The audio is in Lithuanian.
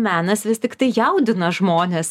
menas vis tiktai jaudina žmones